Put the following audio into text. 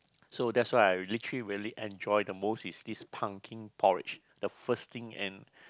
so that's why I literally really enjoy the most is this pumpkin porridge the first thing and